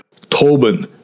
Tobin